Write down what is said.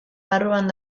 barruan